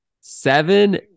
Seven